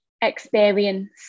experience